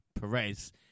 Perez